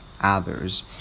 others